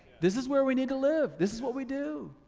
this is where we need to live, this is what we do.